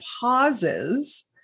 pauses